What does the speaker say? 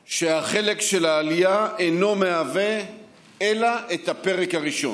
שהחלק של העלייה אינו אלא הפרק הראשון.